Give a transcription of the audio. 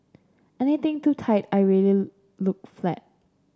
anything too tight I really look flat